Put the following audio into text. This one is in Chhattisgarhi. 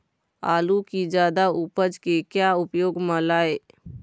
आलू कि जादा उपज के का क्या उपयोग म लाए?